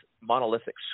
monolithic